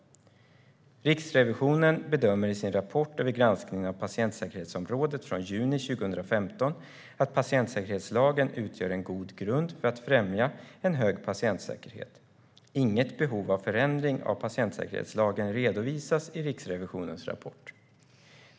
Riksrevisionen bedömer i sin rapport om granskningen av patientsäkerhetsområdet från juni 2015 att patientsäkerhetslagen utgör en god grund för att främja en hög patientsäkerhet. Inget behov av förändring av patientsäkerhetslagen redovisas i Riksrevisionens rapport.